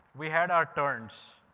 we had our turns.